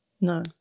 No